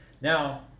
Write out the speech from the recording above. Now